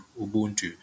Ubuntu